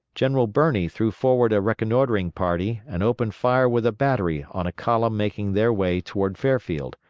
general birney threw forward a reconnoitering party and opened fire with a battery on a column making their way toward fairfield,